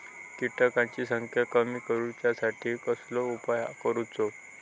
किटकांची संख्या कमी करुच्यासाठी कसलो उपाय करूचो?